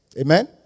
Amen